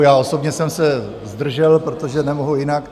Já osobně jsem se zdržel, protože nemohu jinak.